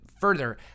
further